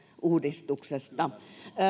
uudistuksesta